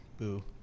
boo